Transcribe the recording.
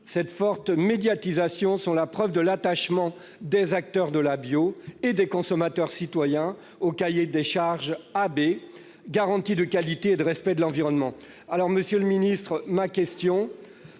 et sa forte médiatisation sont la preuve de l'attachement des acteurs de la filière bio et des consommateurs-citoyens au cahier des charges AB, garantie de qualité et de respect de l'environnement.